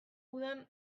udan